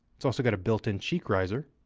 it's also got a built-in cheek riser.